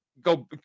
go